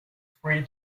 free